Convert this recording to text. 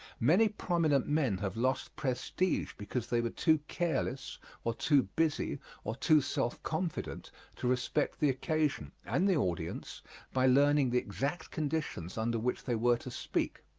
many prominent men have lost prestige because they were too careless or too busy or too self-confident to respect the occasion and the audience by learning the exact conditions under which they were to speak.